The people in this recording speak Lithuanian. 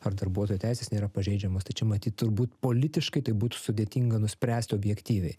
ap darbuotojo teisės nėra pažeidžiamos tai čia matyt turbūt politiškai tai būtų sudėtinga nuspręsti objektyviai